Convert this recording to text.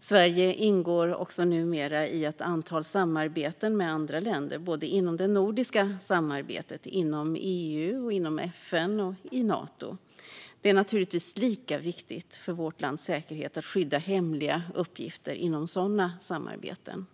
Sverige ingår numera också i ett antal samarbeten med andra länder. Det handlar om både det nordiska samarbetet och samarbetet inom EU, FN och Nato. Det är naturligtvis lika viktigt för vårt lands säkerhet att skydda hemliga uppgifter inom sådana samarbeten.